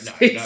no